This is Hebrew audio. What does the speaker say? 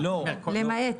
למעט.